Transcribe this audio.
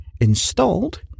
installed